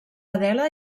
adela